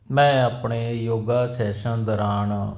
ਮੈਂ ਆਪਣੇ ਯੋਗਾ ਸੈਸ਼ਨ ਦੌਰਾਨ